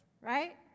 right